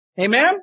Amen